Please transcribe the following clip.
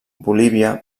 bolívia